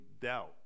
doubt